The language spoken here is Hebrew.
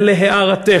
ולהערתך,